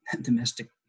domestic